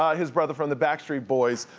ah his brother from the backstreet boys,